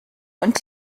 und